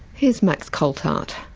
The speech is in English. here's max coltheart.